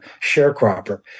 sharecropper